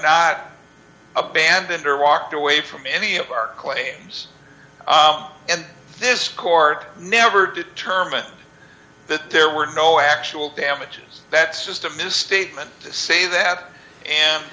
not abandoned or walked away from any of our claims and this court never determined that there were no actual damages that's just a misstatement say that and